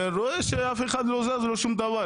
ואני רואה שאף אחד לא זז לא שום דבר.